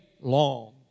long